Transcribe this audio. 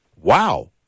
Wow